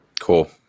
Cool